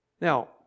Now